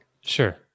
Sure